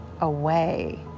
away